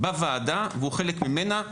והוא חלק מהוועדה,